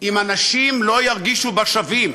אם אנשים לא ירגישו בה שווים,